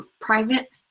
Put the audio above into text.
private